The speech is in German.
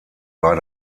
war